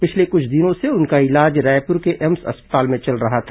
पिछले कुछ दिनों से उनका इलाज रायपुर के एम्स अस्पताल में चल रहा था